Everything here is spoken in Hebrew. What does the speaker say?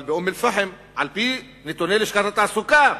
אבל באום-אל-פחם, על-פי נתוני לשכת התעסוקה,